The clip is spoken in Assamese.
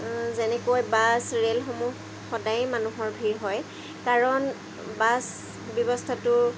যেনেকৈ বাছ ৰে'লসমূহ সদায় মানুহৰ ভিৰ হয় কাৰণ বাছ ব্যৱস্থাটো